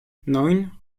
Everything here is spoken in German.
neun